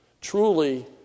truly